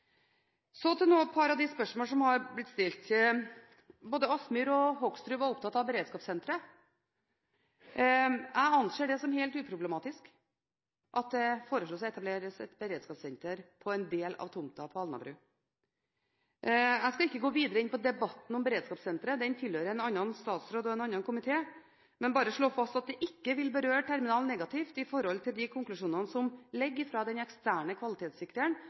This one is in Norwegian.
Så til et par av de spørsmål som har blitt stilt. Både Kielland Asmyhr og Hoksrud var opptatt av beredskapssenteret. Jeg anser det som helt uproblematisk at det foreslås å etablere et beredskapssenter på en del av tomten på Alnabru. Jeg skal ikke gå videre inn på debatten om beredskapssenteret – den tilhører en annen statsråd og en annen komité – men bare slå fast at det ikke vil berøre terminalen negativt med hensyn til de konklusjonene som ligger fra de eksterne